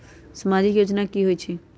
समाजिक योजना की होई छई?